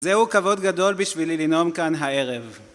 זהו כבוד גדול בשבילי לנאום כאן הערב